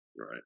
Right